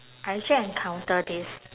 I actually encounter this